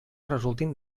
resultin